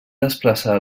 desplaçar